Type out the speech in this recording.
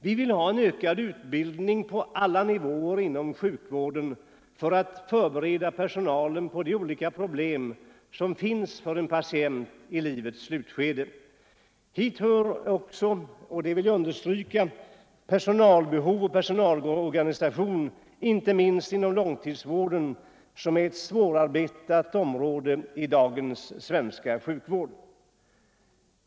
Vi vill också ha en ökad utbildning på alla nivåer inom sjukvården för att förbereda personalen på de olika problem som finns för en patient i livets slutskede. Hit hör också — det vill jag understryka — personalbehov och personalorganisation, inte minst inom långtidsvården som är ett svårarbetat område i dagens svenska sjukvård.